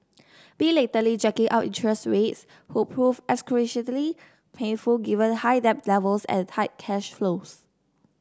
belatedly jacking up interest rates would prove excruciatingly painful given high debt levels and tight cash flows